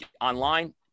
online